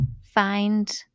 find